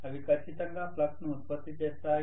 అవి ఖచ్చితంగా ప్లక్స్ ను ఉత్పత్తి చేస్తాయి